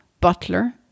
Butler